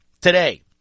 today